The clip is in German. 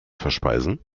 verspeisen